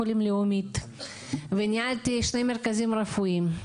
לאומית וניהלתי שני מרכזים רפואיים.